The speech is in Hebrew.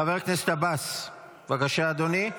חבר הכנסת עבאס, בבקשה, אדוני.